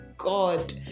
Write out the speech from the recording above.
god